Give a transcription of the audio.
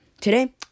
today